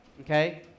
Okay